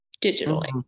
digitally